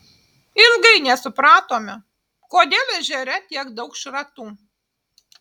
ilgai nesupratome kodėl ežere tiek daug šratų